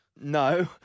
No